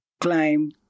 climb